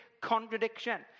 contradiction